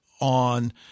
on